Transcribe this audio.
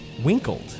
Winkled